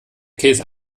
käse